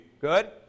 good